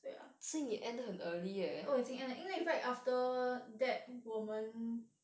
对 ya oh 已经 end 了因为 right after that 我们